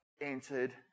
Entered